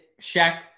Shaq